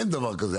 אין דבר כזה,